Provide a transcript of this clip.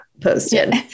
posted